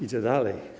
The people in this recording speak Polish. Idzie dalej.